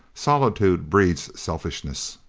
solitude breeds selfishness.